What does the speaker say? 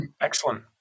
excellent